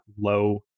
low